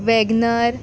Wagon R